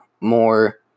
more